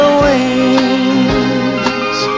wings